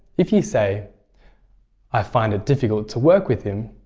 if you say i find it difficult to work with him.